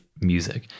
music